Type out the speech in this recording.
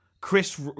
Chris